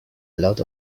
lot